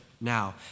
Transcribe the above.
now